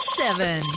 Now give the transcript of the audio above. seven